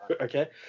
Okay